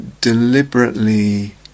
deliberately